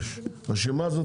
הרשימה הזאת